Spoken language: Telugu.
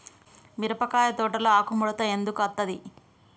మిరపకాయ తోటలో ఆకు ముడత ఎందుకు అత్తది?